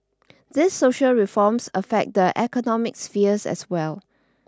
these social reforms affect the economic spheres as well